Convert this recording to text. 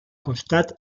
costat